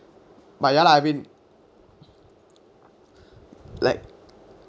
but ya lah I mean like